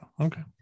Okay